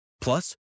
Plus